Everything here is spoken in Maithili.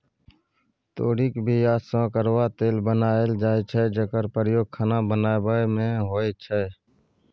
तोरीक बीया सँ करुआ तेल बनाएल जाइ छै जकर प्रयोग खाना बनाबै मे होइ छै